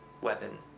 weapon